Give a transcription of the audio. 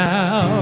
Now